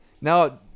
Now